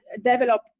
develop